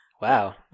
wow